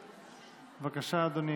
בבקשה, אדוני,